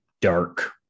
dark